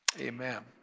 amen